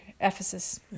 Ephesus